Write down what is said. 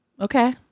okay